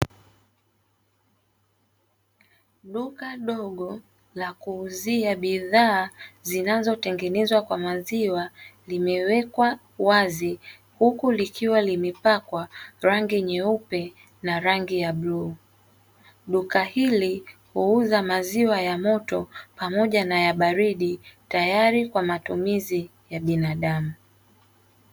Duka dogo la kuuzia bidhaa zinazotengenezwa kwa maziwa limewekwa wazi huku likiwa limepakwa rangi nyeupe na rangi ya bluu. Duka hili huuza maziwa ya moto pamoja na ya baridi tayari kwa matumizi ya binadamu.